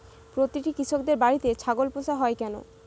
প্রতিটি কৃষকদের বাড়িতে ছাগল পোষা হয় কেন?